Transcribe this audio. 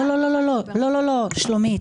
לא, שלומית